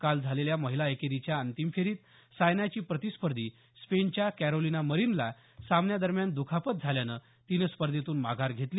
काल झालेल्या महिला एकेरीच्या अंतिम फेरीत सायनाची प्रतिस्पर्धी स्पेनच्या कॅरोलिना मरिनला सामन्यादरम्यान दुखापत झाल्यामुळे तिनं स्पर्धेतून माघार घेतली